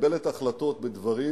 מקבלת החלטות בדברים